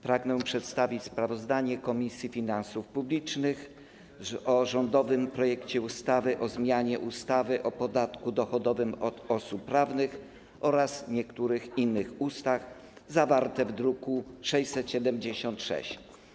Pragnę przedstawić sprawozdanie Komisji Finansów Publicznych o rządowym projekcie ustawy o zmianie ustawy o podatku dochodowym od osób prawnych oraz niektórych innych ustaw, zawarte w druku nr 676.